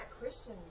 Christian